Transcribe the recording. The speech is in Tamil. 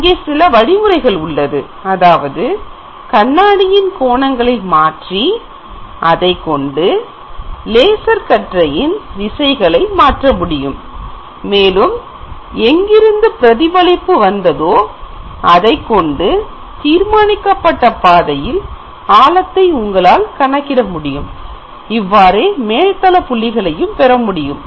இங்கே சில வழிமுறைகள் உள்ளது அதாவது கண்ணாடியின் கோணங்களை மாற்றி அதைக் கொண்டு லேசர் கற்றையின் திசைகளை மாற்ற முடியும் மேலும் எங்கிருந்து பிரதிபலிப்பு வந்ததோ அதைக்கொண்டு தீர்மானிக்கப்பட்ட பாதையில் ஆழத்தை உங்களால் கணக்கிட முடியும் இவ்வாறு மேல்தள புள்ளிகளைப் பெற முடியும்